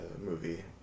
movie